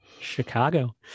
Chicago